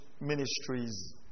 ministries